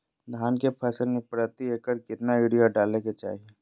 धान के फसल में प्रति एकड़ कितना यूरिया डाले के चाहि?